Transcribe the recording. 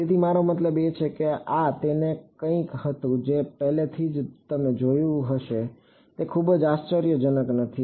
તેથી મારો મતલબ છે કે આ તે કંઈક હતું જે તમે પહેલાથી જ જોયું હશે તે ખૂબ જ આશ્ચર્યજનક નથી